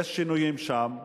יש שינויים שם.